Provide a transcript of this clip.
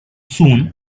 soon